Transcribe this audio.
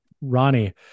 Ronnie